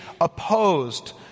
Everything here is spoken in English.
opposed